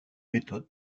méthode